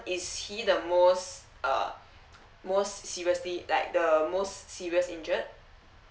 is he the most uh most seriously like the most serious injured